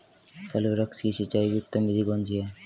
फल वृक्ष की सिंचाई की उत्तम विधि कौन सी है?